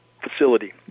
facility